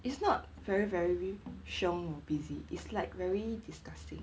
it's not very very siong busy it's like very disgusting